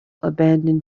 abandoned